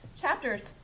Chapters